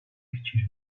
fikir